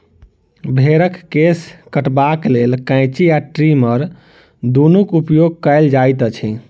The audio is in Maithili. भेंड़क केश कटबाक लेल कैंची आ ट्रीमर दुनूक उपयोग कयल जाइत छै